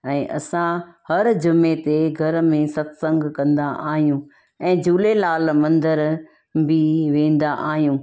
ऐं असां हरु जुमे ते घर में सतसंगु कंदा आहियूं ऐं झूलेलाल मंदर बि वेंदा आहियूं